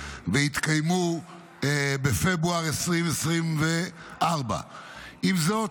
והן התקיימו בפברואר 2024. עם זאת,